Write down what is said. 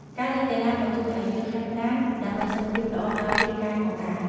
ការលេងកីឡាក៏ជួយឲ្យយើងហាត់ប្រាណ ដើម្បីសុខភាពល្អដល់រាងកាយផងដែរ។